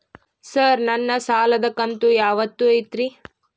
Sir ನನ್ನ ಸಾಲದ ಕಂತು ಯಾವತ್ತೂ ಐತ್ರಿ?